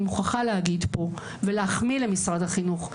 מוכרחה להגיד פה ולהחמיא למשרד החינוך,